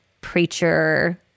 preacher